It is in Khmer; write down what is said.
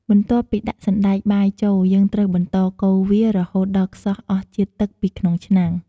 បន្ទាប់ពីដាក់សណ្ដែកបាយចូល យើងត្រូវបន្តកូរវា រហូតដល់ខ្សោះអស់ជាតិទឹកពីក្នុងឆ្នាំង។